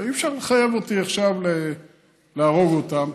ואי-אפשר לחייב אותי עכשיו להרוג אותן.